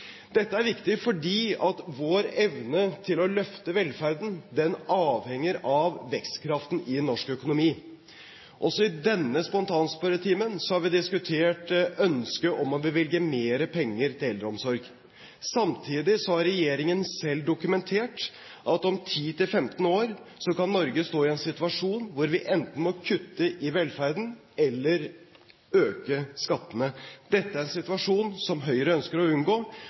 Dette er viktig fordi vår evne til å løfte velferden avhenger av vekstkraften i norsk økonomi. Også i denne spontanspørretimen har vi diskutert ønsket om å bevilge mer penger til eldreomsorg. Samtidig har regjeringen selv dokumentert at om 10–15 år kan Norge stå i en situasjon hvor vi enten må kutte i velferden eller øke skattene. Dette er en situasjon som Høyre ønsker å unngå.